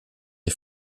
des